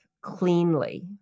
cleanly